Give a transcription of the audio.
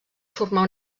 formar